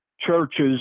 churches